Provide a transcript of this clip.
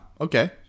Okay